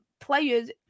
players